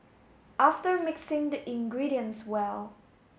after mixing the ingredients well